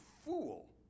fool